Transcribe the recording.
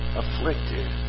afflicted